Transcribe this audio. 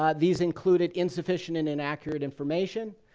um these included insufficient and inaccurate information,